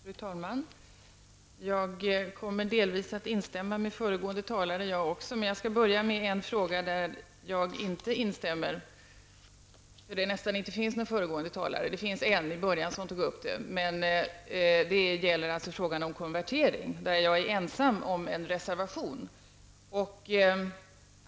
Fru talman! Jag kommer delvis också att instämma med föregående talare. Jag skall dock börja med en fråga där jag inte instämmer. Det finns inte så många föregående talare, men en talare i början tog upp det här. Det gäller frågan om konvertering. Jag är ensam om en reservation i denna fråga.